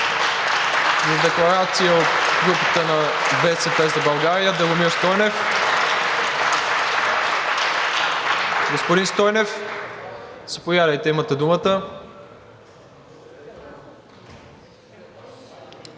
За декларация от групата на „БСП за България“ – Драгомир Стойнев. Господин Стойнев, заповядайте, имате думата.